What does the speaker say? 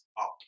up